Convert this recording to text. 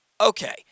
okay